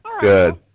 good